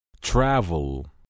Travel